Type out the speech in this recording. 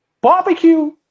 Barbecue